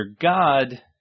God